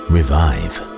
Revive